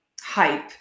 hype